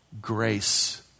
grace